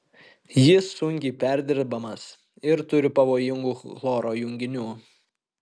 jis sunkiai perdirbamas ir turi pavojingų chloro junginių